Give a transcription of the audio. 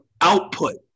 output